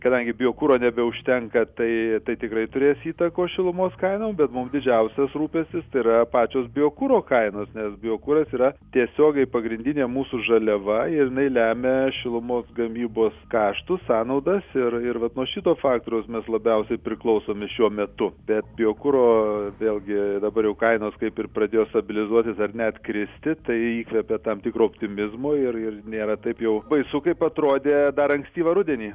kadangi biokuro nebeužtenka tai tai tikrai turės įtakos šilumos kainom bet mum didžiausias rūpestis tai yra pačios biokuro kainos nes biokuras yra tiesiogiai pagrindinė mūsų žaliava ir jinai lemia šilumos gamybos kaštus sąnaudas ir ir vat nuo šito faktoriaus mes labiausiai priklausomi šiuo metu bet biokuro vėlgi dabar jau kainos kaip ir pradėjo stabilizuotis ar net kristi tai įkvepia tam tikro optimizmo ir ir nėra taip jau baisu kaip atrodė dar ankstyvą rudenį